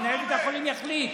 מנהל בית החולים יחליט.